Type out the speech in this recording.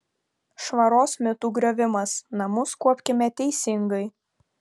švaros mitų griovimas namus kuopkime teisingai